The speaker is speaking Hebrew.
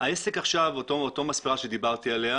אותה מספרה עליה דיברתי,